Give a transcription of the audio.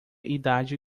idade